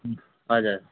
हजुर